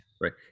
Right